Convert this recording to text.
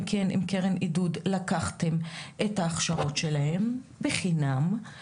כן עם קרן העידוד לקחתם את ההכשרות שלהם בחינם,